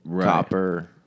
copper